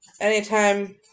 Anytime